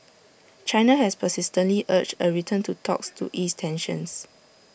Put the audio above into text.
China has persistently urged A return to talks to ease tensions